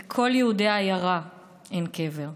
לכל יהודי העיירה אין קבר.